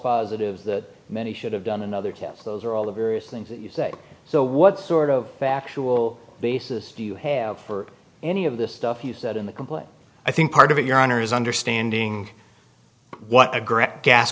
positives that many should have done another cap those are all the various things that you say so what sort of factual basis do you have for any of this stuff you said in the complaint i think part of it your honor is understanding